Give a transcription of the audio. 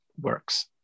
works